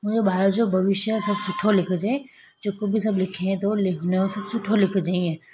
मुंहिंजे ॿारजो भविष्य सभु सुठो लिखिजांइ जेको बि सभु लिखे थो लिख हुनजो सभु सुठो लिखिजांइ इअं